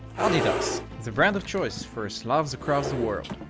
ah, adidas, the brand of choice for slavs across the world.